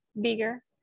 bigger